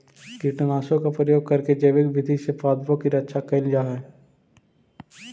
कीटनाशकों का प्रयोग करके जैविक विधि से पादपों की रक्षा करल जा हई